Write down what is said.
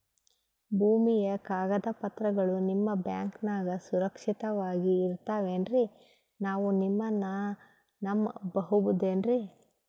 ಭೂಮಿಯ ಕಾಗದ ಪತ್ರಗಳು ನಿಮ್ಮ ಬ್ಯಾಂಕನಾಗ ಸುರಕ್ಷಿತವಾಗಿ ಇರತಾವೇನ್ರಿ ನಾವು ನಿಮ್ಮನ್ನ ನಮ್ ಬಬಹುದೇನ್ರಿ?